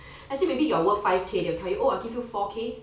actually maybe you are worth five K they'll tell you oh I'll give you four K